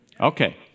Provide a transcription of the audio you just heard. Okay